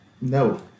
no